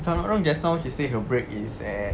if I'm not wrong just now she say her break is at